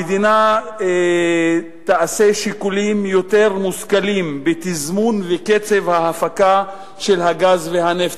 המדינה תעשה שיקולים יותר מושכלים בתזמון ובקצב ההפקה של הגז והנפט,